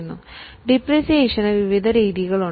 അടുത്തതായി ഡിപ്രീസിയേഷൻ കണക്കാക്കാൻ വിവിധ രീതികളുണ്ട്